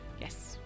Yes